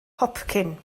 hopcyn